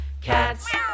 Cats